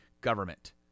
government